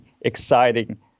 exciting